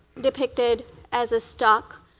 depicted as a so shock.